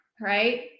right